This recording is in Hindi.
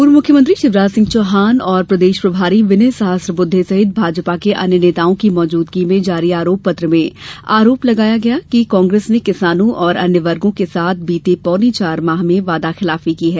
पूर्व मुख्यमंत्री शिवराज सिंह चौहान और प्रदेश प्रभारी विनय सहस्त्रबुद्ध सहित भाजपा के अन्य नेताओं की मौजूदगी में जारी आरोप पत्र में आरोप लगाया गया है कि कांग्रेस ने किसानों और अन्य वर्गों के साथ बीते पौने चार माह में वादा खिलाफी की है